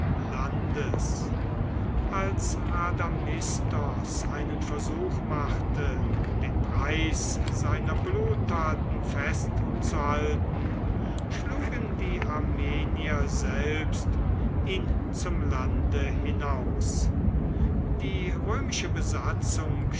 landes als rhadamistos einen versuch machte den preis seiner bluttaten festzuhalten schlugen die armenier selbst ihn zum lande hinaus die römische besatzung